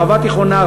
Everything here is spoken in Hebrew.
ערבה תיכונה,